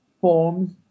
forms